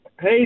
Hey